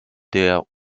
der